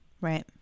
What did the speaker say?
Right